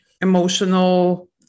emotional